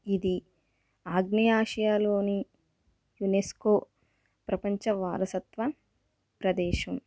ఇది ఆగ్నేయ ఆసియాలోని యునెస్కో ప్రపంచ వారసత్వ ప్రదేశం